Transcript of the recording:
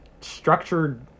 structured